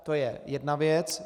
To je jedna věc.